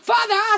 Father